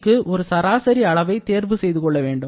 க்கு ஒரு சராசரி அளவை தேர்வு செய்துகொள்ள வேண்டும்